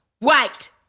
Wait